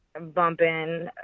bumping